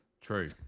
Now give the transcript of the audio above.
true